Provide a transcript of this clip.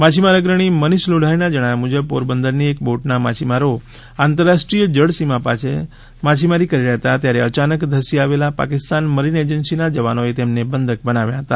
માછીમાર અગ્રણી મનીષ લોઢારીના જણાવ્યા મુજબ પોરબંદરની એક બોટના માછીમારો આંતરરાષ્ટ્રીય જળસીમા પાસે માછીમારી કરી રહ્યા હતા ત્યારે અયાનક ધસી આવેલા પાકિસ્તાન મરીન એજન્સીના જવાનોએ તેમને બંધક બનાવ્યા હતા